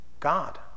God